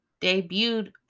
debuted